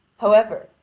however,